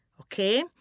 Okay